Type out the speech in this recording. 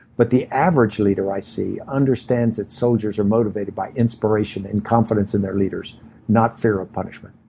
but the average leader i see understands its soldiers are motivated by inspiration and confidence in their leaders not fear of punishment.